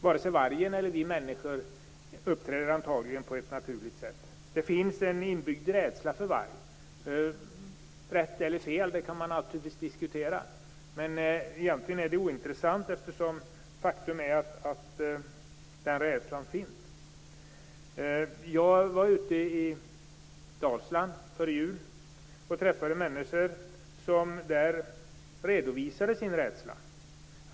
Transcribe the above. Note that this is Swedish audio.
Vare sig vargen eller vi människor uppträder antagligen på ett naturligt sätt. Det finns en inbyggd rädsla för varg. Man kan diskutera om det är rätt eller fel. Egentligen är det ointressant, för faktum är att rädslan finns. Jag var i Dalsland före jul och träffade där människor som redovisade sin rädsla.